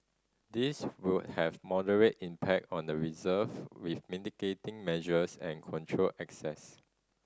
these would have moderate impact on the reserve with mitigating measures and controlled access